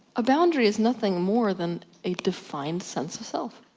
a boundary is nothing more than a defined sense of self.